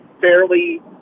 fairly